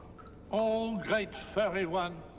oh great furry one.